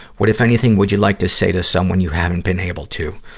what, if anything, would you like to say to someone you haven't been able to?